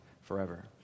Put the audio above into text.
forever